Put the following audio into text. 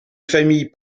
famille